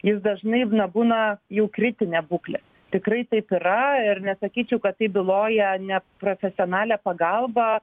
jis dažnai na būna jau kritinė būklė tikrai taip yra ir nesakyčiau kad tai byloja ne profesionalią pagalbą